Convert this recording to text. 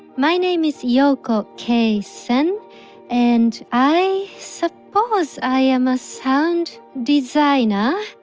my name is yoko k. sen and i suppose i am a sound designer.